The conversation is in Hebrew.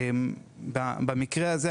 במקרה הזה,